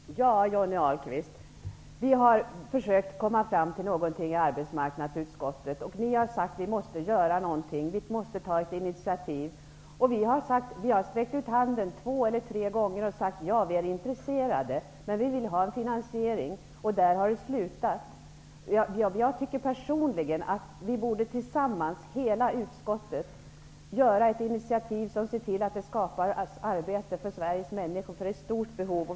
Fru talman! Ja, Johnny Ahlqvist, vi har försökt komma fram till någonting i arbetsmarknadsutskottet. Ni har sagt att det måste göras någonting, att utskottet måste ta ett initiativ. Vi har sträckt ut handen två eller tre gånger och sagt att vi är intresserade men att vi vill ha en finansiering, och där har det slutat. Jag tycker personligen att vi borde tillsammans, hela utskottet, ta ett initiativ för att se till att det skapas arbete åt Sveriges människor, för behovet är stort.